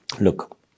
Look